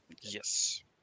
Yes